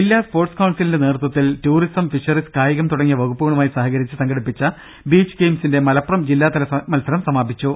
ജില്ലാ സ്പോർട്സ് കൌൺസിലിന്റെ നേതൃത്വത്തിൽ ടൂറിസം ഫിഷറീസ് കായികം തുടങ്ങിയ വകുപ്പുകളുമായി സഹകരിച്ച് സംഘടിപ്പിച്ച ബീച്ച് ഗെയിംസിന്റെ മലപ്പുറം ജില്ലാതല മത്സരം സമാപിച്ചു